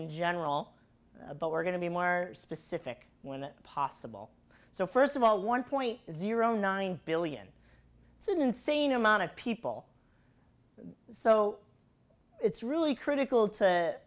in general but we're going to be more specific when possible so first of all one point zero nine billion it's an insane amount of people so it's really critical to